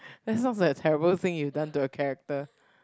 that sounds like a terrible thing you done to a character